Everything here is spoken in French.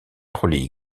relie